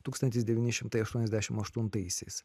tūkstantis devyni šimtai aštuoniasdešim aštuntaisiais